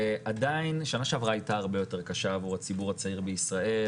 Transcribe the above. עדיין שנה שעברה הייתה הרבה יותר קשה עבור הציבור הצעיר בישראל.